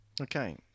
okay